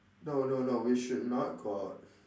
no no no we should not go out